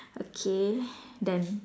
okay done